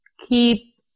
keep